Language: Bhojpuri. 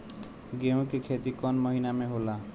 गेहूं के खेती कौन महीना में होला?